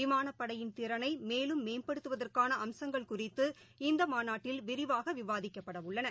விமானப்படையின் திறனைமேலும் மேம்படுத்துவதற்கானஅம்சங்கள் குறிதது இந்தமாநாட்டில் விரிவாகவிவாதிக்கப்படஉள்ளன